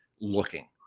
looking